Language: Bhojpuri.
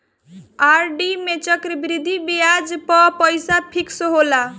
आर.डी में चक्रवृद्धि बियाज पअ पईसा फिक्स होला